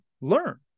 learn